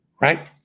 Right